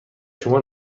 شما